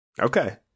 Okay